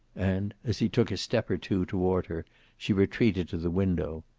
and as he took a step or two toward her she retreated to the window.